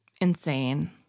Insane